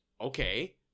Okay